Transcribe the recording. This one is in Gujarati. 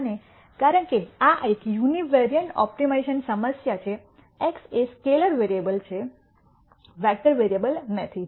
અને કારણ કે આ એક યુનિવેરિએંટ ઓપ્ટિમાઇઝેશન સમસ્યા છે x એ સ્કેલર વેરિયેબલ છે વેક્ટર વેરીએબલ નથી